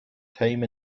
time